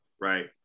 right